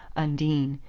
undine,